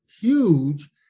huge